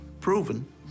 proven